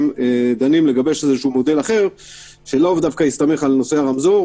בסופו של יום הוחלט שאת הגנים אפשר לפתוח באופן ארצי בכל המקומות.